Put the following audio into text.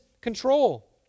control